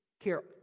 care